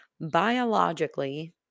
biologically